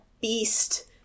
beast